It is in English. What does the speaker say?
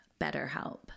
BetterHelp